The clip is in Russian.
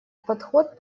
подход